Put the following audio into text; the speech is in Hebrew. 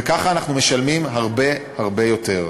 וככה אנחנו משלמים הרבה יותר.